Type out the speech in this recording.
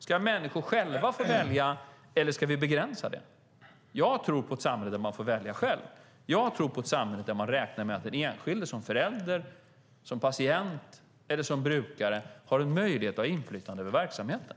Ska människor själva få välja, eller ska vi begränsa det? Jag tror på ett samhälle där man får välja själv. Jag tror på ett samhälle där man räknar med att den enskilde som förälder, patient eller brukare har en möjlighet att ha inflytande över verksamheten.